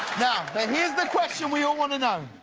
but here's the question we all want to know.